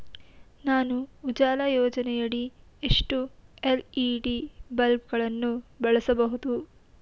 ನಾನು ಉಜಾಲ ಯೋಜನೆಯಡಿ ಎಷ್ಟು ಎಲ್.ಇ.ಡಿ ಬಲ್ಬ್ ಗಳನ್ನು ಬಳಸಬಹುದು?